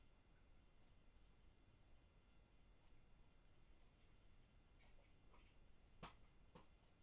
Agri e commerce business ఎలా చెయ్యాలి?